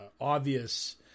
obvious